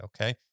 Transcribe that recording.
okay